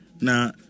Now